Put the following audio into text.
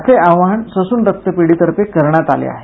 असे आवाहन ससून रक्तपेढीतर्फे करण्यात आले आहे